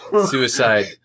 suicide